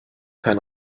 kein